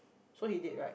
so he did right